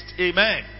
Amen